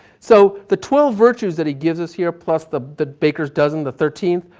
so the twelve virtues that he gives us here plus the the baker's dozen, the thirteenth,